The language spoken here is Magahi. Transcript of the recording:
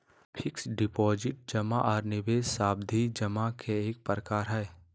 फिक्स्ड डिपाजिट जमा आर निवेश सावधि जमा के एक प्रकार हय